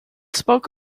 spoke